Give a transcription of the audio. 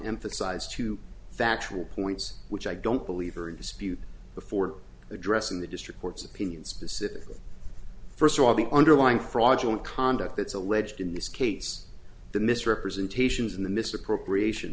emphasize two factual points which i don't believe are in dispute before addressing the district court's opinion specifically first of all the underlying fraudulent conduct that's alleged in this case the misrepresentations and the misappropriation